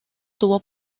tuvo